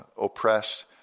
oppressed